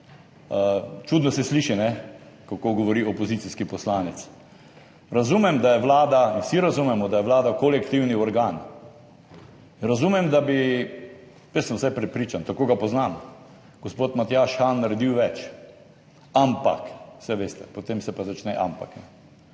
Čudno se sliši, kako govori opozicijski poslanec. Razumem, vsi razumemo, da je vlada kolektivni organ. Razumem, da bi, jaz sem vsaj prepričan, tako ga poznam, gospod Matjaž Han naredil več, ampak saj veste, potem se pa začne ampak.